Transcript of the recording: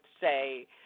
say